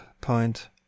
point